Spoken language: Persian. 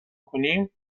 کنیم